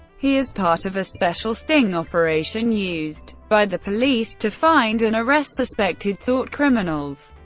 he is part of a special sting operation used by the police to find and arrest suspected thoughtcriminals.